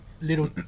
little